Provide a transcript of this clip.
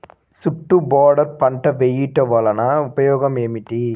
చుట్టూ బోర్డర్ పంట వేయుట వలన ఉపయోగం ఏమిటి?